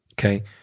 okay